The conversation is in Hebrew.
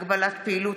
הגבלת פעילות),